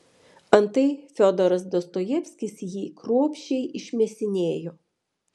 antai fiodoras dostojevskis jį kruopščiai išmėsinėjo